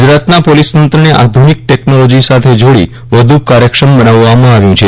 ગુજરાતના પોલીસ તંત્રને આધુનિક ટેકનોલોજી સાથે જોડી વધુ કાર્યક્ષમ બનાવવામાં આવ્યું છે